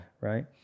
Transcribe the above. Right